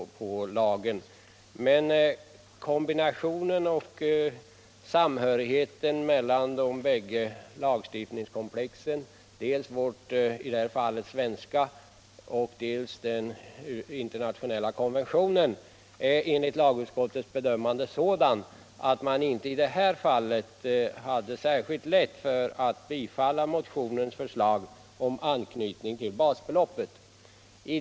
Men kombinationen av och samhörigheten mellan de bägge lagstiftningskomplexen — dels vår svenska lagstiftning, dels den internationella konventionen — är enligt lagutskottets bedömande av det slaget att det inte skulle vara rätt att biträda motionsförslaget om anknytning till basbeloppet.